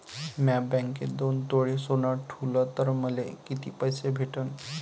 म्या बँकेत दोन तोळे सोनं ठुलं तर मले किती पैसे भेटन